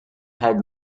had